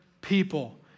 people